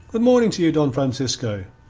good-morning to you, don francisco.